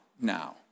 now